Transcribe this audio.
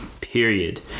period